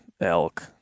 elk